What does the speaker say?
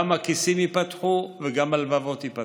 גם הכיסים ייפתחו וגם הלבבות ייפתחו.